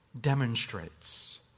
demonstrates